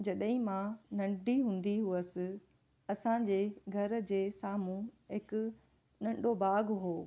जॾहिं मां नंढी हूंदी हुअसि असांजे घर जे साम्हूं हिकु नंढो बाग़ु हुओ